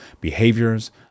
behaviors